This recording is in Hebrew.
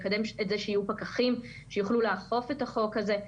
לקדם את זה שיהיו פקחים שיוכלו לאכוף את החוק הזה.